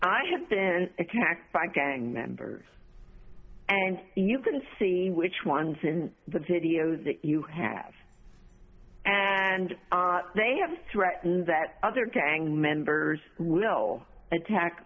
i have been attacked by gang members and you can see which ones in the videos that you have and they have threatened that other gang members will attack